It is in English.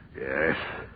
Yes